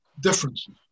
differences